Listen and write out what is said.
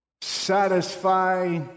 satisfy